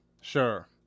sure